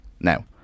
now